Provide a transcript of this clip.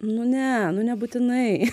nu ne nu nebūtinai